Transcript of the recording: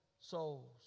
souls